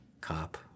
cop